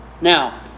Now